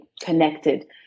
connected